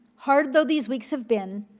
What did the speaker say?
hard though these weeks have been,